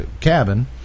cabin